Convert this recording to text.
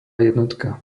jednotka